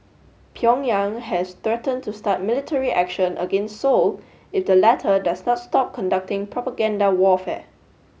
Pyongyang has threatened to start military action against Seoul if the latter does not stop conducting propaganda warfare